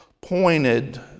pointed